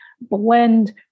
blend